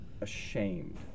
ashamed